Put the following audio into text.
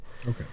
Okay